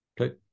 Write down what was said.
Okay